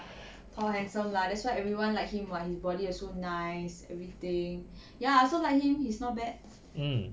thor handsome lah that's why everyone like him [what] his body also nice everything ya I also like him he's not bad